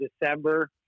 December